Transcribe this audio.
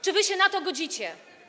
Czy wy się na to godzicie?